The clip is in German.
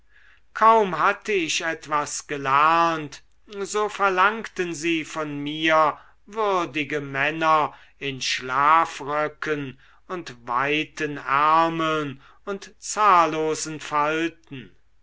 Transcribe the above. kaum hatte ich etwas gelernt so verlangten sie von mir würdige männer in schlafröcken und weiten ärmeln und zahllosen falten